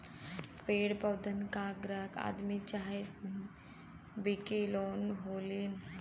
पेड़ पउधा क ग्राहक आदमी चाहे बिवी लोग होलीन